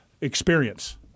experience